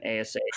ASA